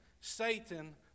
Satan